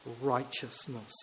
righteousness